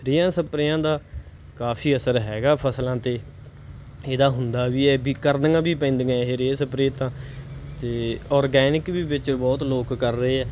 ਰੇਹਾਂ ਸਪਰੇਆਂ ਦਾ ਕਾਫੀ ਅਸਰ ਹੈਗਾ ਫਸਲਾਂ 'ਤੇ ਇਹਦਾ ਹੁੰਦਾ ਵੀ ਹੈ ਵੀ ਕਰਨੀਆਂ ਵੀ ਪੈਂਦੀਆਂ ਇਹ ਰੇਹਾਂ ਸਪਰੇਅ ਤਾਂ ਅਤੇ ਔਰਗੈਨਿਕ ਵੀ ਵਿੱਚ ਬਹੁਤ ਲੋਕ ਕਰ ਰਹੇ ਹੈ